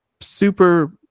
Super